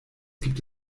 gibt